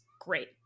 great